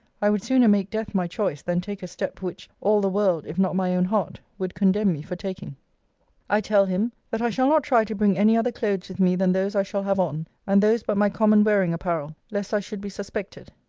i would sooner make death my choice, than take a step, which all the world, if not my own heart, would condemn me for taking i tell him, that i shall not try to bring any other clothes with me than those i shall have on and those but my common wearing-apparel lest i should be suspected.